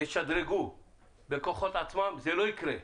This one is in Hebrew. ישדרגו בכוחות עצמם זה לא יקרה.